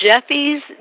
Jeffy's